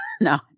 No